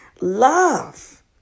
love